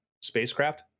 spacecraft